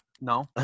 No